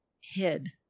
hid